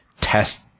test